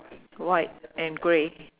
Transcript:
white and grey